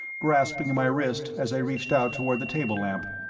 grasping my wrist as i reached out toward the table-lamp.